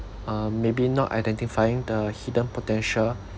uh maybe not identifying the hidden potential